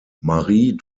marie